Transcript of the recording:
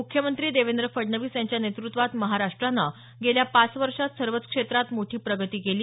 मुख्यमंत्री देवेंद्र फडणवीस यांच्या नेतृत्त्वात महाराष्ट्रानं गेल्या पाच वर्षात सर्वच क्षेत्रात मोठी प्रगती केली